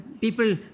people